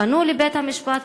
פנו לבית-המשפט,